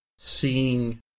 seeing